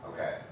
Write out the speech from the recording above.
Okay